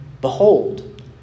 Behold